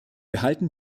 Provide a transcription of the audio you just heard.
behalten